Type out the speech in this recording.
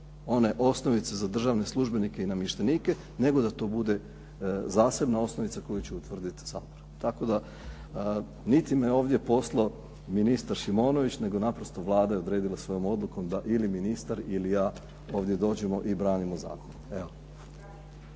one osnovice za državne službenike i namještenike, nego da to bude zasebna osnovica koju će utvrditi Sabor. Tako da niti me ovdje poslao ministar Šimonović, nego naprosto Vlada je odredila svojom odlukom da ili ministar ili ja ovdje dođemo i branimo zakon.